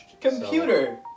Computer